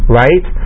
right